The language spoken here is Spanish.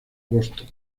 boston